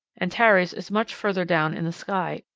antares is much further down in the sky,